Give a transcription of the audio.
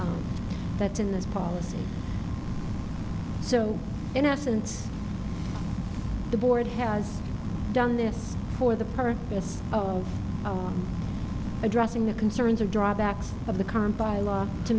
t that's in this policy so in essence the board has done this for the purpose oh addressing the concerns of drawbacks of the current by law to